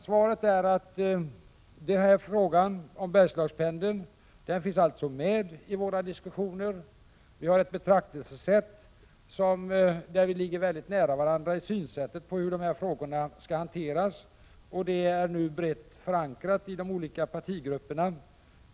Svaret är således att frågan om Bergslagspendeln finns med i våra diskussioner. När det gäller på vilket sätt dessa frågor skall hanteras har vi ett betraktelsesätt som ligger mycket nära övriga partiers. Denna fråga är brett förankrad inom de olika partigrupperna.